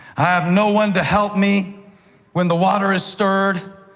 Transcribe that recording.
i have no one to help me when the water is stirred.